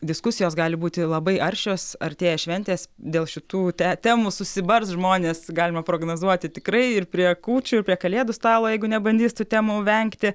diskusijos gali būti labai aršios artėja šventės dėl šitų te temų susibars žmonės galima prognozuoti tikrai ir prie kūčių ir prie kalėdų stalo jeigu nebandys tų temų vengti